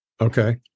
Okay